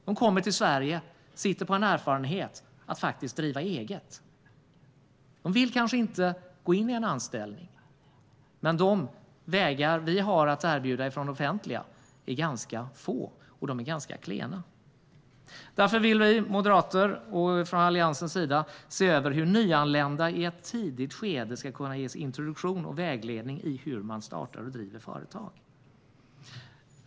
De kommer till Sverige och sitter på erfarenhet av att driva eget. De vill kanske inte gå in i en anställning, men de vägar vi har att erbjuda från det offentliga är ganska få och klena. Vi moderater och Alliansen vill därför se över hur nyanlända i ett tidigt skede ska kunna ges introduktion och vägledning i hur man startar och driver företag.